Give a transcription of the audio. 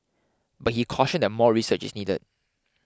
but he cautioned that more research is needed